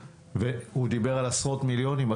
והוא דיבר על עשרות מיליונים.